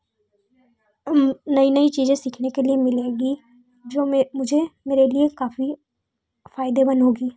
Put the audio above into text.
नई नई चीज़ें सीखने के लिए मिलेंगी जो मैं मुझे मेरे लिए काफ़ी फ़ायदेमन्द होगी है